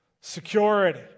security